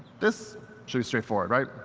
this should be straightforward, right?